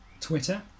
Twitter